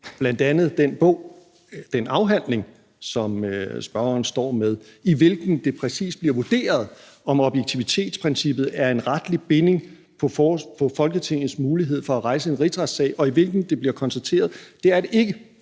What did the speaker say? den bog, den afhandling, som spørgeren står med, i hvilken det præcis bliver vurderet, om objektivitetsprincippet er en retlig binding på Folketingets mulighed for at rejse en rigsretssag, og i hvilken det bliver konstateret, at det er det ikke.